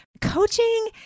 coaching